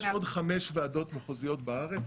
יש עוד חמש ועדות מחוזיות בארץ,